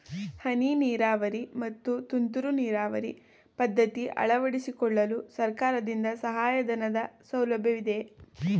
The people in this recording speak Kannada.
ಹನಿ ನೀರಾವರಿ ಮತ್ತು ತುಂತುರು ನೀರಾವರಿ ಪದ್ಧತಿ ಅಳವಡಿಸಿಕೊಳ್ಳಲು ಸರ್ಕಾರದಿಂದ ಸಹಾಯಧನದ ಸೌಲಭ್ಯವಿದೆಯೇ?